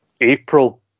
April